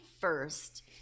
first